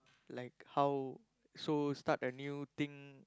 like how so start a new thing